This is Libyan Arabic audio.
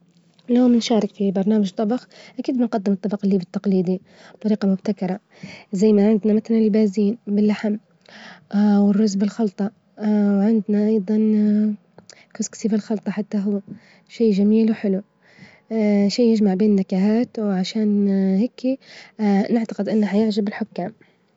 يوم نشارك في برنامج طبخ أكيد بنجدم الطبج الليبي التجليدي بطريجة مبتكرة، زي ما عندنا متل: اللبازين باللحم والرز بالخلطة، وعندنا أيظا كوسكسي بالخلطة حتى هوشي جميل وحلو، شي يجمع بين النكهات، وعشان هكي نعتجد إنه هيعجب الحكام.